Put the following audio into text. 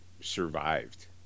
survived